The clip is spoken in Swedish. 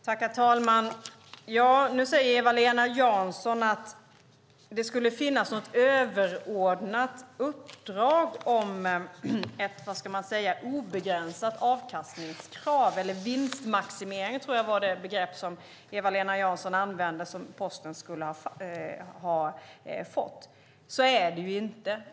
Herr talman! Nu säger Eva-Lena Jansson att Posten skulle ha fått något överordnat uppdrag med ett obegränsat avkastningskrav - vinstmaximering var det begrepp hon använde. Så är det inte.